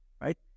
right